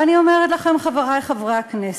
ואני אומרת לכם, חברי חברי הכנסת,